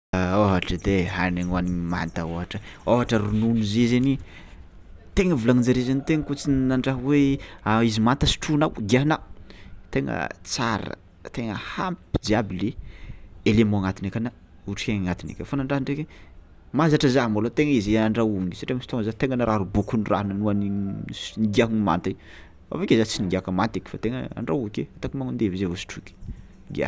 A ôhatra edy ai hanigny hohanigny manta ohatra, ôhatra ronono zay zainy tegna volanin-jare zany tegna kôa tsy nandraha hoe a izy manta sotroinao giàhanà, tegna tsara tegna hampy jiaby le élément agnatiny aka na otrikaigny agnatiny aka fao nandraha ndraiky mahazatra za malôha tegna izy handrahoagny satria nisy fotoagna za tegna narary bokon-drano nohanigny s- nigiàhagny manta i, avy ake za tsy nigiàka manta eky fa tegna andrahoiky e, ataoko magnandevy zay vao sotroiky.